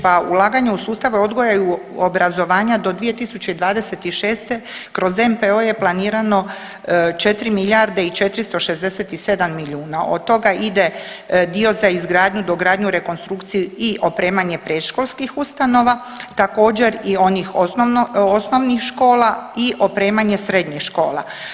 Pa ulaganje u sustav odgoja i obrazovanja do 2026. kroz NPOO je planirano 4 milijarde i 467 milijuna, od toga ide dio za izgradnju, dogradnju, rekonstrukciju i opremanje predškolskih ustanova, također i onih osnovno, osnovnih škola i opremanje srednjih škola.